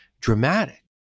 dramatic